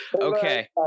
Okay